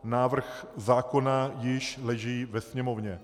Návrh zákona již leží ve Sněmovně.